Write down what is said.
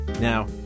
Now